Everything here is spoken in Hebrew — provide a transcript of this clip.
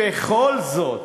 בכל זאת,